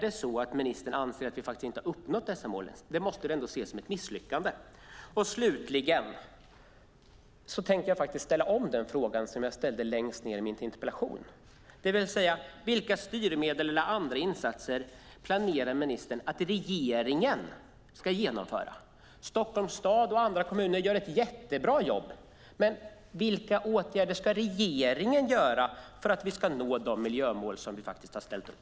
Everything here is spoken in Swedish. Anser ministern att vi inte har uppnått dessa mål? Det måste väl ändå ses som ett misslyckande? Slutligen tänker jag ställa om den fråga som jag ställde längst ned i min interpellation. Vilka styrmedel eller andra insatser planerar ministern att regeringen ska genomföra? Stockholms stad och andra kommuner gör ett jättebra jobb. Men vilka åtgärder ska regeringen genomföra för att vi ska nå de miljömål som vi har ställt upp?